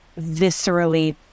viscerally